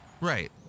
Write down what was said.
Right